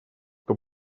теми